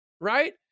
Right